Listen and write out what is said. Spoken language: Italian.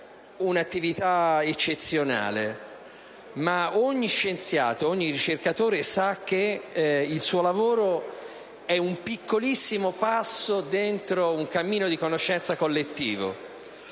un'attività eccezionale, ma ogni scienziato, ogni ricercatore sa che il suo lavoro è un piccolissimo passo dentro un cammino di conoscenza collettivo.